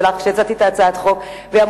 כשהצעתי את הצעת החוק ושאלתי אותה: תגידי לי,